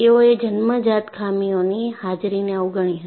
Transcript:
તેઓએ જન્મજાત ખામીઓની હાજરીને અવગણી હતી